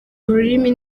ururimi